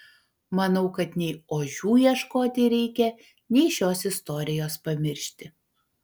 manau kad nei ožių ieškoti reikia nei šios istorijos pamiršti